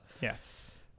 Yes